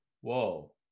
Whoa